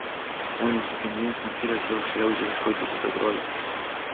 o nusipenėjęs vampyras jau šliaužia ieškoti kito grobio